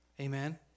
Amen